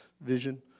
vision